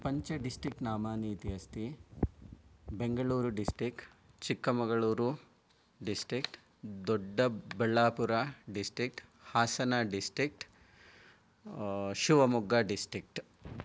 पञ्च डिस्टिक्ट् नामानि इति अस्ति Bengaluru district Chikkamagaluru district Doddaballapura district Hassan district Shivamogga district